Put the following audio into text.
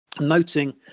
noting